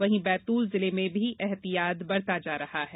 वहीं बैतूल जिले में भी ऐहतियात बरता जा रहा है